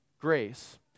grace